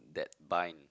that bind